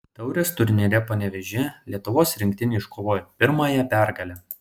taurės turnyre panevėžyje lietuvos rinktinė iškovojo pirmąją pergalę